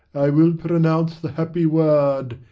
i will pronounce the happy word,